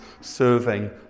serving